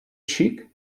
cheek